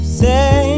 say